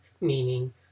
meaning